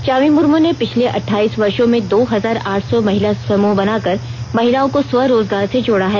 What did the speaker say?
चामी मुर्मू ने पिछले अठाईस वर्षो में दो हजार आठ सौ महिला समूह बनाकर महिलाओं को स्वरोजगार से जोड़ा है